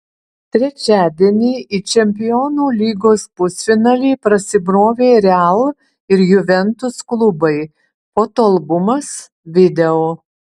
trečiadienį į čempionų lygos pusfinalį prasibrovė real ir juventus klubai fotoalbumas video